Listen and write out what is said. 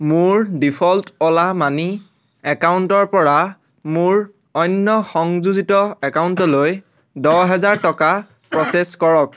মোৰ default Ola money একাউণ্টৰপৰা মোৰ অন্য সংযোজিত একাউণ্টলৈ দহ হেজাৰ টকা প্ৰ'চেছ কৰক